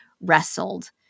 wrestled